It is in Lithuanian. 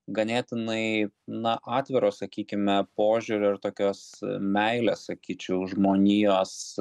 ganėtinai na atviro sakykime požiūrio ir tokios meilės sakyčiau žmonijos